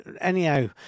Anyhow